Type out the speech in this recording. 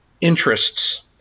interests